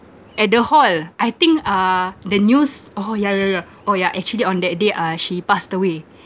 at the hall I think uh the news oh yeah yeah yeah oh yeah actually on that day uh she passed away